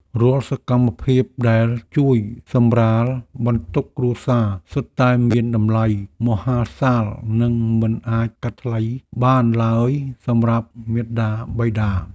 រាល់សកម្មភាពដែលជួយសម្រាលបន្ទុកគ្រួសារសុទ្ធតែមានតម្លៃមហាសាលនិងមិនអាចកាត់ថ្លៃបានឡើយសម្រាប់មាតាបិតា។